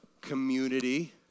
community